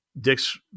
Dix